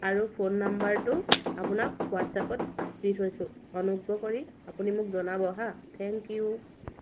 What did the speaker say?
আৰু ফোন নাম্বাৰটো আপোনাক হোৱাটছআপত দি থৈছোঁ অনুগ্ৰহ কৰি আপুনি মোক জনাব হা থেংক ইউ